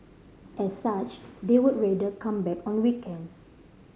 as such they would rather come back on weekends